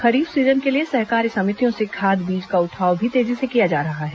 खरीफ season के लिए सहकारी समितियों से खाद बीज का उठाव भी तेजी से किया जा रहा है